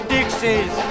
Dixies